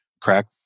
crack